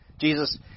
Jesus